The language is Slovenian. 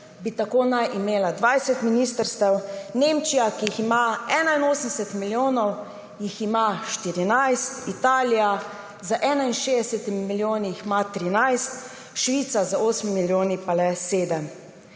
bi tako naj imena 20 ministrstev, Nemčija, ki jih ima 81 milijonov, jih ima 14, Italija z 61 milijoni jih ima 13, Švica z osmimi milijoni pa le